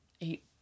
eight